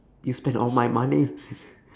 you spent all my money